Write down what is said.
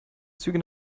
züge